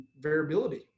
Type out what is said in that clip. variability